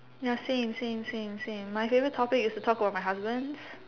ya same same same same my favourite topic is to talk about my husbands